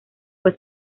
fue